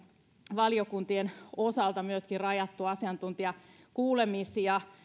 valiokuntien osalta myöskin rajattu asiantuntijakuulemisia